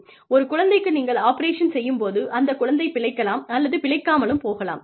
ஒரு குழந்தைக்கு நீங்கள் ஆப்ரேஷன் செய்யும் போது அந்த குழந்தை பிழைக்கலாம் அல்லது பிழைக்காமல் போகலாம்